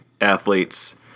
athletes